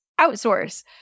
outsource